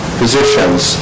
physicians